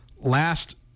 last